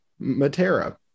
Matera